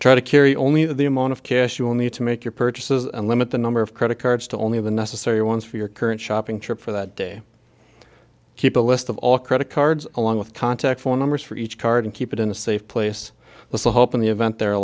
try to carry only the amount of cash you'll need to make your purchases and limit the number of credit cards to only the necessary ones for your current shopping trip for that day keep a list of all credit cards along with contact four numbers for each card and keep it in a safe place with the hope in the event they're